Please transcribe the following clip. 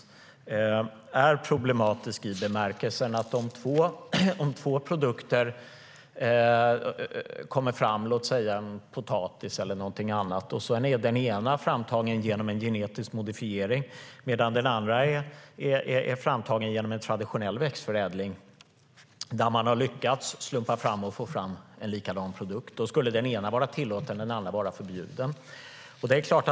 Den är problematisk i den bemärkelsen att om två produkter kommer fram - låt säga potatis eller någonting annat - och den ena är framtagen genom en genetisk modifiering medan den andra är framtagen genom en traditionell växtförädling där man har lyckats få fram en likadan produkt skulle den ena vara tillåten och den andra vara förbjuden.